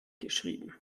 geschrieben